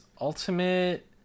ultimate